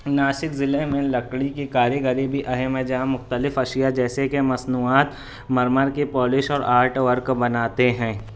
ناسک ضلعے میں لکڑی کی کاریگری بھی اہم ہے جہاں مختلف اشیا جیسے کہ مصنوعات مرمر کی پالش اور آرٹ ورک بناتے ہیں